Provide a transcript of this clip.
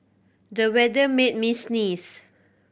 the weather made me sneeze